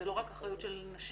זה לא רק אחריות של נשים,